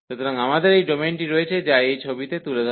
সুতরাং আমাদের এই ডোমেনটি রয়েছে যা এই ছবিতে তুলে ধরা হয়েছে